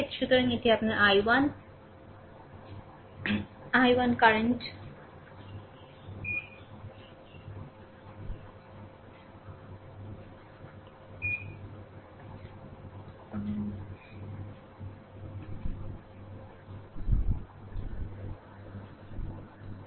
সুতরাং এটি আপনার I1 i1 কারেন্ট নোড 2 এ প্রবেশ করছে এবং i3 এবং i4 ছাড়ছে